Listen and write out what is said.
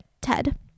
Ted